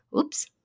Oops